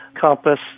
compass